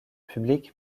public